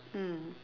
mm